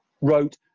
wrote